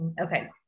Okay